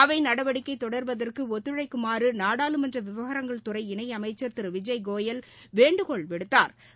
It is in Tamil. அவை நடவடிக்கை தொடர்வதற்கு ஒத்துழைக்கும்பறு நாடாளுமன்ற விவகாரங்கள் துறை இணை அமைச்சர் திரு விஜய்கோயல் வேண்டுகோள் விடுத்தாா்